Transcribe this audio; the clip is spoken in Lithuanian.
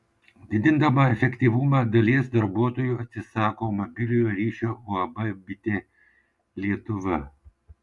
didindama efektyvumą dalies darbuotojų atsisako mobiliojo ryšio uab bitė lietuva